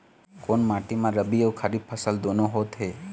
कोन माटी म रबी अऊ खरीफ फसल दूनों होत हे?